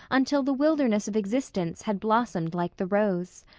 until the wilderness of existence had blossomed like the rose.